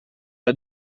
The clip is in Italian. era